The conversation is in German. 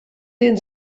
den